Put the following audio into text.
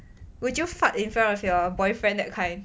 would you fart in front of your boyfriend that kind